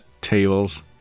Tables